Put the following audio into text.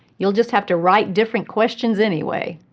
you'll just have to write different questions anyway.